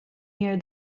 near